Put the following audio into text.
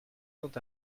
sont